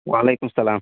وعلیکُم السَلام